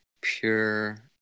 pure